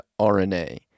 RNA